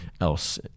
else